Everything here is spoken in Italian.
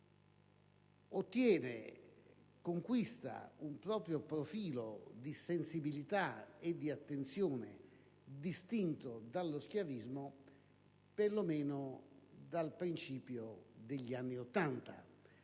umani conquista un proprio profilo di sensibilità ed attenzione distinto dallo schiavismo per lo meno dal principio degli anni Ottanta,